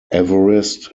everest